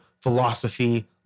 philosophy